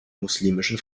muslimischen